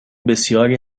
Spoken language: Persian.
بسیاری